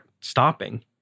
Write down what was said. stopping